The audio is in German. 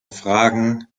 fragen